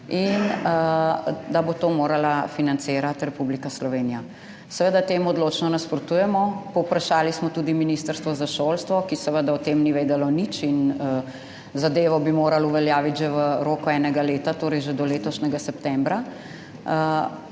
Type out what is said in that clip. in da bo to morala financirati Republika Slovenija. Seveda temu odločno nasprotujemo. Povprašali smo tudi ministrstvo za šolstvo, ki seveda o tem ni vedelo nič. In zadevo bi morali uveljaviti že v roku enega leta, torej že do letošnjega septembra.